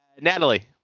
natalie